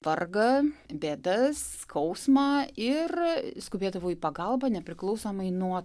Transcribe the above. vargą bėdas skausmą ir skubėdavo į pagalbą nepriklausomai nuo